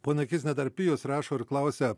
ponia kizne dar pijus rašo ir klausia